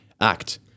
act